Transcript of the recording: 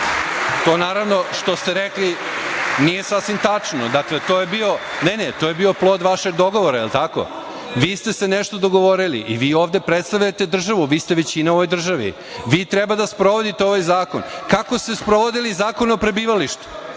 To, naravno, što ste rekli nije sasvim tačno. Dakle, to je bio plod vašeg dogovora, da li je tako? Vi ste se nešto dogovorili i vi ovde predstavljate državu, vi ste većina u ovoj državi. Vi treba da sprovodite ovaj zakon. Kako ste sprovodili Zakon o prebivalištu?